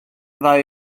ddau